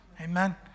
Amen